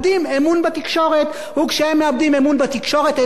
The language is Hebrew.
וכשהם מאבדים אמון בתקשורת הם מאמינים לאנשים בממשלה